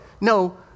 no